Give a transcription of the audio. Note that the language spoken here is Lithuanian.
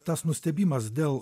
tas nustebimas dėl